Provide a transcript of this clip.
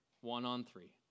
one-on-three